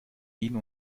ihnen